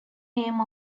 name